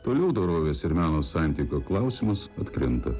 toliau dorovės ir meno santykio klausimas atkrinta